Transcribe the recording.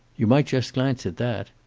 you might just glance at that.